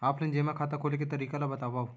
Offline जेमा खाता खोले के तरीका ल बतावव?